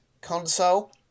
console